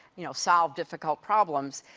you know, solve difficult problems.